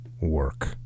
work